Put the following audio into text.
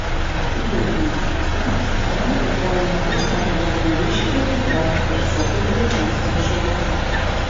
įdegiui džiūstant rankų ir kojų nagus nulakavau ryškiai raudonu per sekundę džiūstančių laku